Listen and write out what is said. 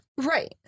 Right